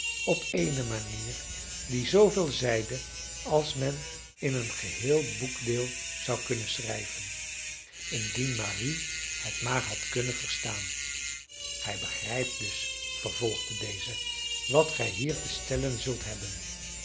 op eene manier die zooveel zeide als men in een geheel boekdeel zou kunnen schrijven indien marie het maar had kunnen verstaan gij begrijpt dus vervolgde deze wat gij hier te stellen zult hebben